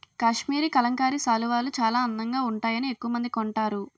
కాశ్మరీ కలంకారీ శాలువాలు చాలా అందంగా వుంటాయని ఎక్కవమంది కొంటారు